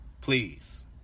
Please